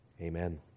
amen